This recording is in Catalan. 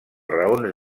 raons